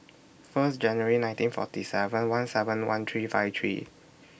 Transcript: First January nineteen forty seven one seven one three five three